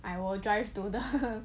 I will drive to the